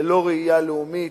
ללא ראייה לאומית.